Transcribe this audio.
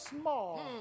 small